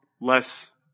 less